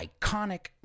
iconic